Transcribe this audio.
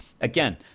Again